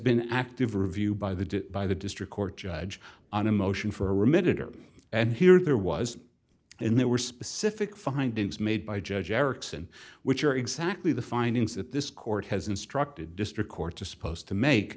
been active review by the by the district court judge on a motion for a remitted or and here there was and there were specific findings made by judge erickson which are exactly the findings that this court has instructed district courts are supposed to make